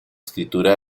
escritura